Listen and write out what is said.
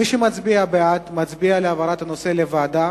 מי שמצביע בעד מצביע להעברת הנושא לוועדה.